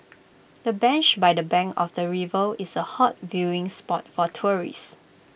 the bench by the bank of the river is A hot viewing spot for tourists